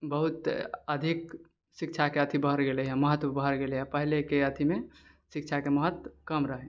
बहुत अधिक शिक्षाके अथि बढ़ि गेले है महत्व महत्व बढ़ि गेले है पहिलेके अथिमे शिक्षाके महत्व कम रहै